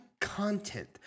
content